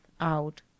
out